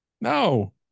No